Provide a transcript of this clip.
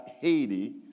Haiti